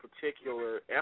particular